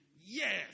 yes